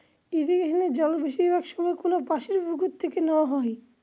ইরিগেশনের জল বেশিরভাগ সময় কোনপাশর পুকুর থেকে নেওয়া হয়